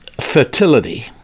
fertility